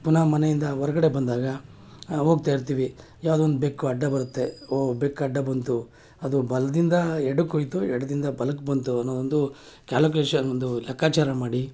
ಪುನಃ ಮನೆಯಿಂದ ಹೊರಗಡೆ ಬಂದಾಗ ಹೋಗ್ತಾ ಇರ್ತೀವಿ ಯಾವುದೋ ಒಂದು ಬೆಕ್ಕು ಅಡ್ಡ ಬರುತ್ತೆ ಓ ಬೆಕ್ಕು ಅಡ್ಡ ಬಂತು ಅದು ಬಲದಿಂದ ಎಡಕ್ಕೆ ಹೋಯ್ತು ಎಡದಿಂದ ಬಲಕ್ಕೆ ಬಂತು ಅನ್ನೋ ಒಂದು ಕ್ಯಾಲುಕ್ಲೇಷನ್ ಒಂದು ಲೆಕ್ಕಚಾರ ಮಾಡಿ